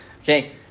Okay